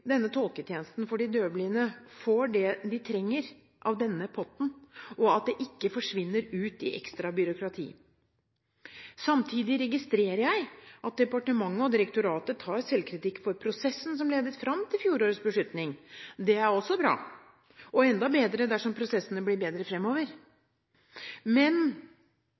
denne potten, og at det ikke forsvinner ut i ekstra byråkrati. Samtidig registrerer jeg at departementet og direktoratet tar selvkritikk for prosessen som ledet fram til fjorårets beslutning. Det er også bra, og enda bedre dersom prosessene blir bedre fremover. Men